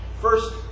First